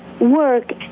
work